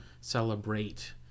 celebrate